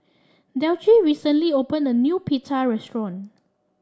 delcie recently opened a new Pita restaurant